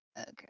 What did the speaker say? Okay